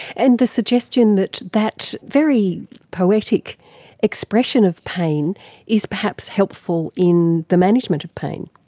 and the suggestion that that very poetic expression of pain is perhaps helpful in the management of pain.